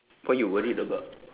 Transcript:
what you worried about